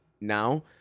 now